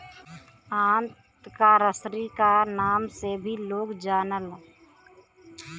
आंत क रसरी क नाम से भी लोग जानलन